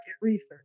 research